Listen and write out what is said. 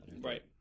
Right